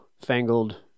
fangled